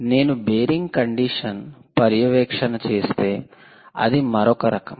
నేను bearing condition పర్యవేక్షణ చేస్తే అది మరొక రకం